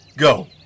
Go